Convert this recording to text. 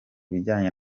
bijyanye